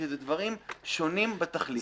זה דברים שונים בתכלית.